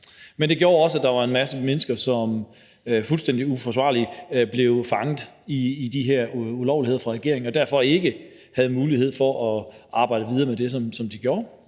Men det gjorde også, at der var en masse mennesker, som fuldstændig uforvarende blev fanget i de her ulovligheder fra regeringens side og derfor ikke havde mulighed for at arbejde videre med det, som de gjorde.